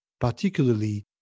particularly